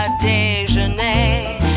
déjeuner